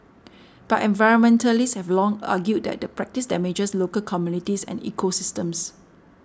but environmentalists have long argued that the practice damages local communities and ecosystems